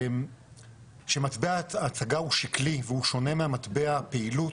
שמטבע ההצגה הוא שקלי והוא שונה ממטבע הפעילות,